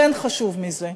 ואין חשוב מזה.